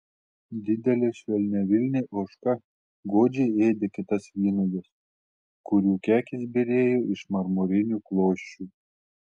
didelė švelniavilnė ožka godžiai ėdė kitas vynuoges kurių kekės byrėjo iš marmurinių klosčių